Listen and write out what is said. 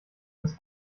ins